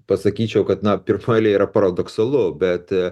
pasakyčiau kad na pirfailyje yra paradoksalu bet